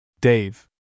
Dave